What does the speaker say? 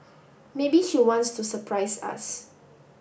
maybe she wants to surprise us